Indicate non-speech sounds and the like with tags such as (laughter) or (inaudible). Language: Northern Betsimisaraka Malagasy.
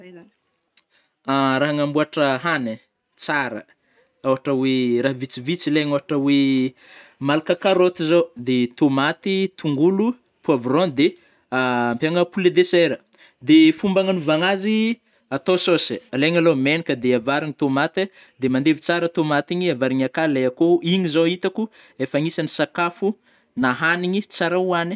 (hesitation) Ra agnamboatra hagny ai, tsara a, ôhatra oe raha vitsivitsy ilaigna ôhatra oe malaka carotte zao, de tômaty, tongolo, poivron de (hesitation) ampiagna poulet de chair, de fomba agnanovagnazy, atao saosy, alaigna alô menaka de avarigny tômate, de mandevy tsara tômate igny avarigny akao le akôho igny zao itako efa anisagny sakafo na hanigny tsara hoanigny.